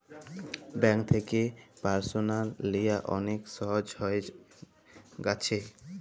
bank থ্যাকে personal লিয়া অলেক ছহজ হঁয়ে গ্যাছে